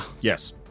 Yes